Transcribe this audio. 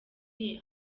iyi